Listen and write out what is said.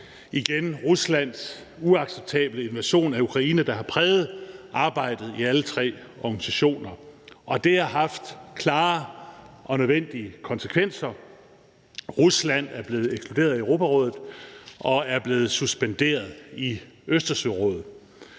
igen Ruslands uacceptable invasion af Ukraine, der har præget arbejdet i alle tre organisationer, og det har haft klare og nødvendige konsekvenser. Rusland er blevet ekskluderet af Europarådet og er blevet suspenderet i Østersørådet.